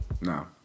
No